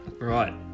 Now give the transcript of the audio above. Right